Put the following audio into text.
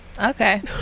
Okay